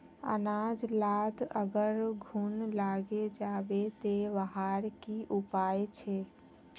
अनाज लात अगर घुन लागे जाबे ते वहार की उपाय छे?